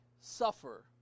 suffer